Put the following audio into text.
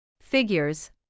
Figures